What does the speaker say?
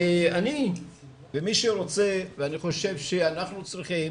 אני חושב שאנחנו צריכים